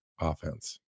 offense